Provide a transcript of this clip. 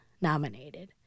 nominated